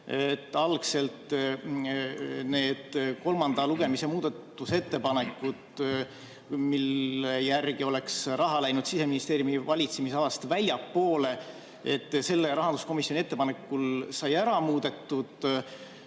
algselt need kolmanda lugemise muudatusettepanekud, mille järgi oleks raha läinud Siseministeeriumi valitsemisalast väljapoole, said rahanduskomisjoni ettepanekul ära muudetud